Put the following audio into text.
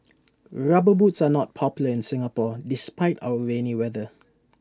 rubber boots are not popular in Singapore despite our rainy weather